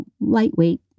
lightweight